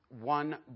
One